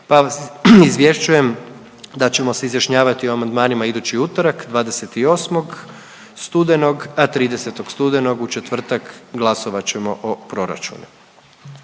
pa izvješćujem da ćemo se izjašnjavati o amandmanima idući utorak 28. studenog, a 30. studenog u četvrtak glasovat ćemo o proračunu.